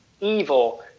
evil